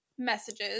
Messages